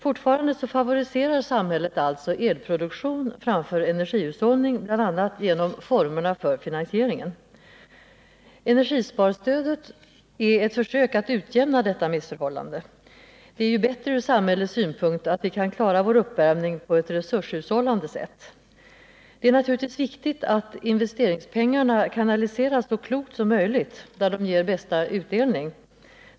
Fortfarande favoriserar samhället alltså elproduktion framför energihushållning, bl.a. genom formerna för finansieringen. Energisparstödet är ett försök att utjämna detta missförhållande. Det är ju bättre ur samhällets synpunkt att vi kan klara vår uppvärmning på ett resurshushållande sätt. Det är naturligtvis viktigt att investeringspengarna kanaliseras så klokt som möjligt, där de ger bästa utdelning.